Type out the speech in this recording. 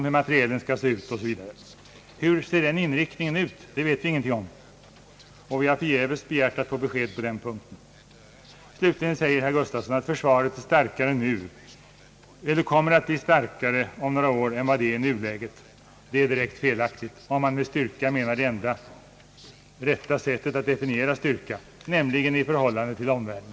Hur ser den inriktningen ut? Det vet vi ingenting om; vi har lika förgäves begärt att få besked på den punkten. Slutligen säger herr Gustavsson att försvaret kommer att bli starkare om några år än vad det är i nuläget. Det är direkt felaktigt, om man med styrka menar det enda rätta sättet att definiera begreppet styrka, nämligen i förhållande till omvärlden.